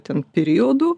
ten periodu